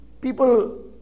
people